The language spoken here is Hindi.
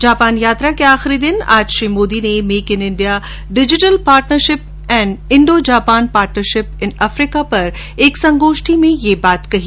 जापान यात्रा के आखिरी दिन आज श्री मोदी ने make in India digital partnership and Indo Japan partnership in Africa पर एक संगोष्ठी में ये बात कही